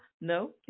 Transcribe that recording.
no